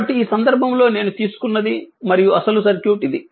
కాబట్టి ఈ సందర్భంలో నేను తీసుకున్నది మరియు అసలు సర్క్యూట్ ఇది